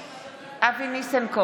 (קוראת בשמות חברי הכנסת) אבי ניסנקורן,